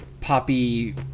poppy